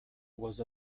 was